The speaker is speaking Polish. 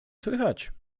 słychać